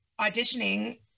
auditioning